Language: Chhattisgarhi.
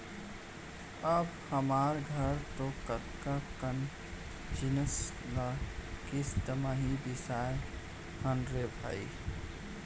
अब हमर घर तो कतका कन जिनिस ल किस्ती म ही बिसाए हन रे भई